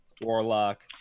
warlock